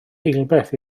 eilbeth